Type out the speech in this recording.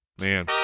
Man